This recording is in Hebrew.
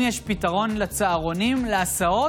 רמת המיסוי על כלי רכב חשמלי כיום עומדת על 10%,